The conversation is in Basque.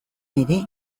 ere